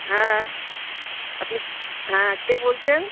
হ্যাঁ আপনি হ্যাঁ কে বলছেন